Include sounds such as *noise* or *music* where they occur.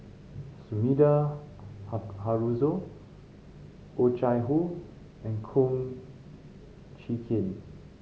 Sumida *unintelligible* Haruzo Oh Chai Hoo and Kum Chee Kin